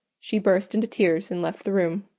she burst into tears and left the room.